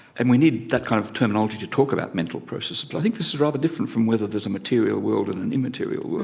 and we need that kind of terminology to talk about mental processes but i think this is rather different from whether there's a material world and an immaterial world.